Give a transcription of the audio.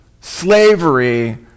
slavery